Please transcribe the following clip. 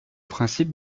principe